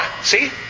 See